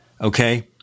Okay